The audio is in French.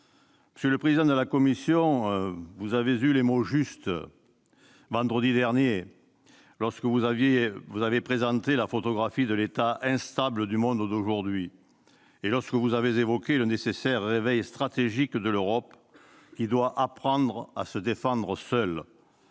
Monsieur le président de la commission des affaires étrangères, vous avez eu les mots justes, vendredi dernier, lorsque vous avez présenté la photographie de l'état instable du monde d'aujourd'hui et évoqué le nécessaire « réveil stratégique de l'Europe, qui doit apprendre à se défendre seule